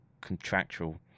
contractual